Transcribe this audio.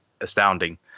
astounding